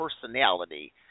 personality